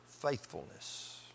faithfulness